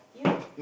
you